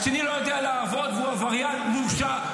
השני לא יודע לעבוד והוא עבריין מורשע,